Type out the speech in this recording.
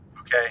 Okay